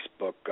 Facebook